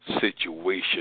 situation